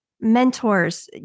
mentors